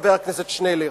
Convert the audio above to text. חבר הכנסת שנלר,